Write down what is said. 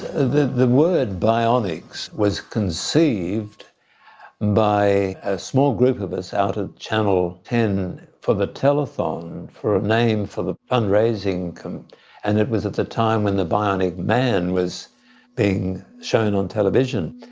the the word bionics was conceived by a small group of us out at channel ten for the telethon for a name for the fundraising and it was at the time when the bionic man was being shown on television.